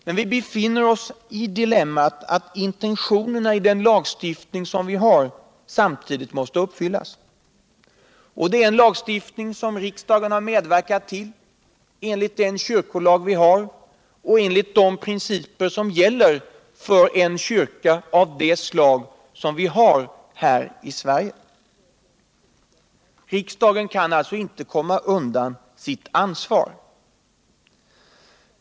Men vi befinner oss i dilemmat att intentionerna i den lagstiftning vi har måste uppfyllas. Det är en lagstiftning som riksdagen medverkat ull enligt den kyrkolag vi har och enligt de principer som gäller för en kyrka av det slag som vi har i Sverige. Riksdagen kan alltså inte konyma undan sitt ansvar.